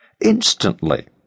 Instantly